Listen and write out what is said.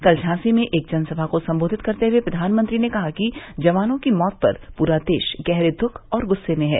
कल झांसी में एक जनसभा को संबोधित करते हुए प्रधानमंत्री ने कहा कि जवानों की मौत पर पूरा देश गहरे दुख और गुस्से में है